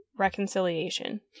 reconciliation